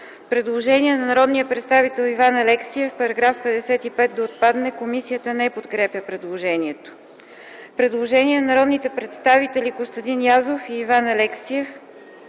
Предложение от народния представител Иван Алексиев -§ 55 да отпадне. Комисията не подкрепя предложението. Предложение на народните представители Костадин Язов и Иван Алексиев